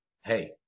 hey